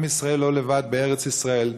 עם ישראל לא לבד בארץ ישראל,